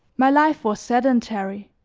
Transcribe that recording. my life was sedentary.